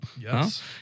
Yes